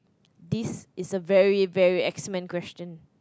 this is a very very X-Men question